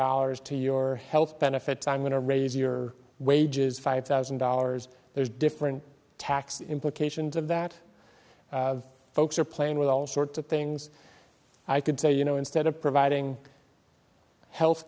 dollars to your health benefits i'm going to raise your wages five thousand dollars there's different tax implications of that folks are playing with all sorts of things i could say you know instead of providing health